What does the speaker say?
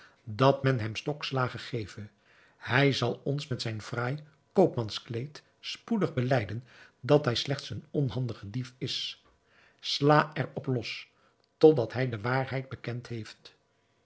dat men hem stokslagen geve hij zal ons met zijn fraai koopmanskleed spoedig belijden dat hij slechts een onhandige dief is sla er op los tot dat hij de waarheid bekend heeft